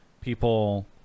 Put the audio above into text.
people